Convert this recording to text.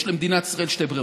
יש למדינת ישראל שתי ברירות: